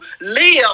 live